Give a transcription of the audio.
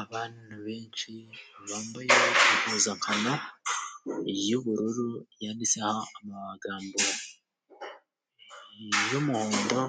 Abana benshi bambaye impuzankano y'ubururu yanditseho y'umuhondo,